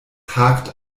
hakt